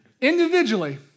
individually